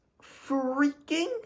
freaking